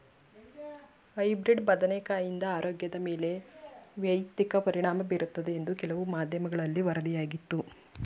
hybrid ಬದನೆಕಾಯಿಂದ ಆರೋಗ್ಯದ ಮೇಲೆ ವ್ಯತಿರಿಕ್ತ ಪರಿಣಾಮ ಬೀರುತ್ತದೆ ಎಂದು ಕೆಲವು ಮಾಧ್ಯಮಗಳಲ್ಲಿ ವರದಿಯಾಗಿತ್ತು